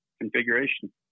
configuration